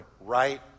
right